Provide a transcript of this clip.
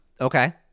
Okay